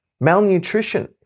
Malnutrition